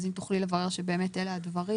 האם תוכלי לברר שבאמת אלה הדברים?